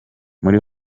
muri